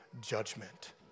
judgment